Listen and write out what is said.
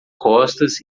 costas